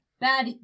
bad